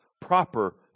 proper